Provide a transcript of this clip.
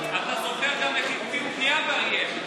אתה זוכר גם איך הקפיאו בנייה באריאל.